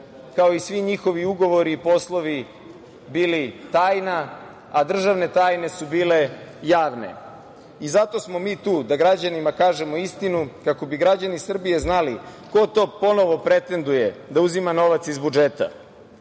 kao i svi njihovi ugovori, poslovi, bili tajna, a državne tajne su bile javne. Zato smo mi tu da građanima kažemo istinu, kako bi građani Srbije znali ko to ponovo pretenduje da uzima novac iz budžeta.